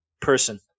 person